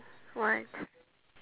what